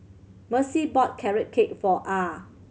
Mercy bought Carrot Cake for Ah